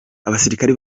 abasirikare